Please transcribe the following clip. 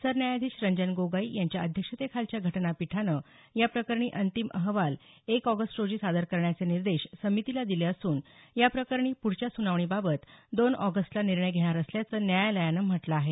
सरन्यायाधीश रंजन गोगोई यांच्या अध्यक्षतेखालच्या घटनापीठानं या प्रकरणी अंतिम अहवाल एक ऑगस्ट रोजी सादर करण्याचे निर्देश समितीला दिले असून या प्रकरणी पुढच्या सुनावणीबाबत दोन ऑगस्टला निर्णय घेणार असल्याचं न्यायालयानं म्हटलं आहे